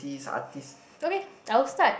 okay I will start